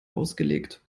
ausgelegt